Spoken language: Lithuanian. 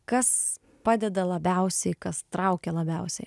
kas padeda labiausiai kas traukia labiausiai